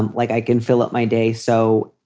and like i can fill up my day so